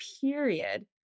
period